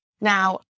Now